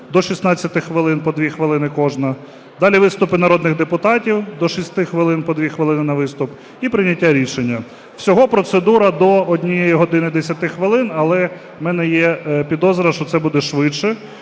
до 16 хвилин (по 2 хвилини кожна). Далі виступи народних депутатів – до 6 хвилин (по 2 хвилини на виступ). І прийняття рішення. Всього процедура – до 1 години 10 хвилин, але в мене є підозра, що це буде швидше,